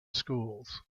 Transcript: schools